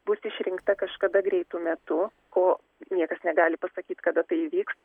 bus išrinkta kažkada greitu metu ko niekas negali pasakyt kada tai įvyks